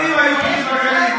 מסכנים היהודים בגליל.